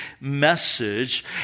message